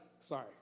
sorry